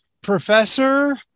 professor